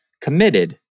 committed